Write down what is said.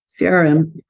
CRM